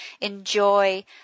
enjoy